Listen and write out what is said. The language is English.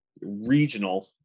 regional